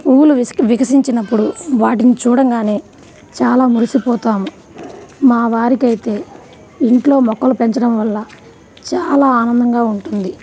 పువ్వులు వికసించినప్పుడు వాటిని చూడంగానే చాలా మురిసిపోతాము మా వారికైతే ఇంట్లో మొక్కలు పెంచడం వల్ల చాలా ఆనందంగా ఉంటుంది